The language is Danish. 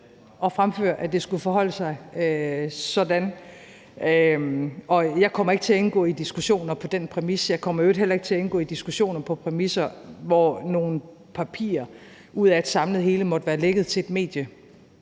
at fremføre, at det skulle forholde sig sådan. Og jeg kommer ikke til at indgå i diskussioner på den præmis. Jeg kommer i øvrigt heller ikke til at indgå i diskussioner på præmisser, hvor nogle papirer ud af et samlet hele måtte være lækket til et medie.